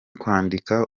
kwandika